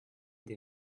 des